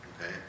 okay